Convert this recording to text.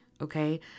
okay